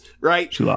right